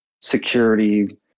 security